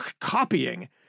copying